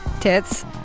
tits